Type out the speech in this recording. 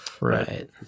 right